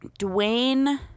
Dwayne